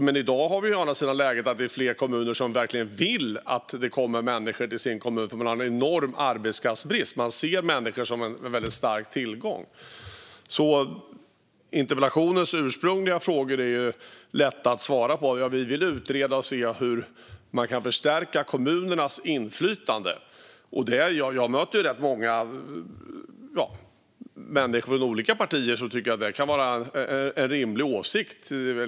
Men i dag har vi å andra sidan läget att det är fler kommuner där man verkligen vill att det kommer människor dit, då man har en enorm arbetskraftsbrist och ser människor som en väldigt stark tillgång. Interpellationens ursprungliga frågor är lätta att svara på. Vi vill utreda hur man kan förstärka kommunernas inflytande. Jag möter rätt många människor från olika partier som tycker att det kan vara en rimlig åsikt.